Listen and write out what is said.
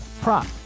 prop